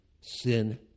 Sin